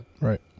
right